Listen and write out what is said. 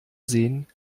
sehen